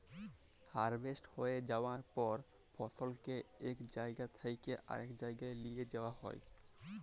harvest হঁয়ে যাউয়ার পর ফসলকে ইক জাইগা থ্যাইকে আরেক জাইগায় লিঁয়ে যাউয়া হ্যয়